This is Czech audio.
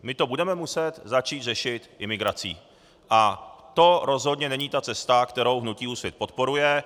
My to budeme muset začít řešit imigrací, a to rozhodně není ta cesta, kterou hnutí Úsvit podporuje.